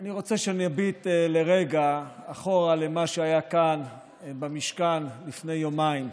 אני רוצה שנביט לרגע אחורה למה שהיה כאן במשכן לפני יומיים,